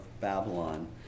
babylon